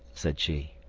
said she.